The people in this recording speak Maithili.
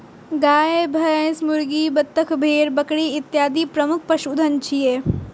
गाय, भैंस, मुर्गी, बत्तख, भेड़, बकरी इत्यादि प्रमुख पशुधन छियै